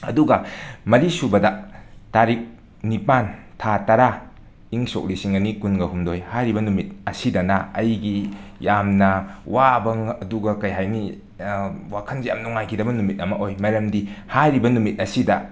ꯑꯗꯨꯒ ꯃꯔꯤꯁꯨꯕꯗ ꯇꯥꯔꯤꯛ ꯅꯤꯄꯥꯟ ꯊꯥ ꯇꯔꯥ ꯏꯪ ꯁꯣꯛ ꯂꯤꯁꯤꯡ ꯑꯅꯤ ꯀꯨꯟꯒꯍꯨꯝꯗꯣꯏ ꯍꯥꯏꯔꯤꯕ ꯅꯨꯃꯤꯠ ꯑꯁꯤꯗ ꯑꯩꯒꯤ ꯌꯥꯝꯅ ꯋꯥꯕ ꯑꯗꯨꯒ ꯀꯩ ꯍꯥꯏꯅꯤ ꯋꯥꯈꯜꯁꯦ ꯌꯥꯝꯅ ꯅꯨꯡꯉꯥꯏꯈꯤꯗꯕ ꯅꯨꯃꯤꯠ ꯑꯃ ꯑꯣꯏ ꯃꯔꯝꯗꯤ ꯍꯥꯏꯔꯤꯕ ꯅꯨꯃꯤꯠ ꯑꯁꯤꯗ